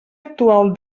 actual